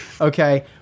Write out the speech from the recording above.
okay